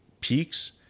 peaks